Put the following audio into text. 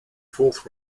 fourth